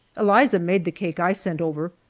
eliza made the cake i sent over,